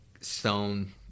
stone